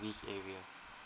area